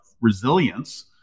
resilience